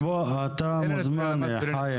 אז אתה מוזמן חיים,